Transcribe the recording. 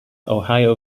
ohio